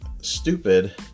stupid